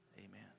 Amen